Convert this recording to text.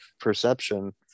perception